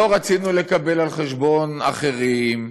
לא רצינו לקבל על חשבון אחרים,